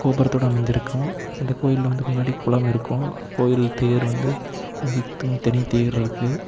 கோபுரத்தோடு அமைந்திருக்கும் இந்த கோயிலில் வந்து முன்னாடி குளம் இருக்கும் கோயில் தேர் வந்து கோயிலுக்குன்னு தனித் தேர் இருக்குது